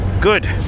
Good